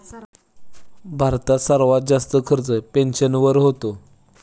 भारतात सर्वात जास्त खर्च पेन्शनवर होतो